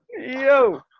Yo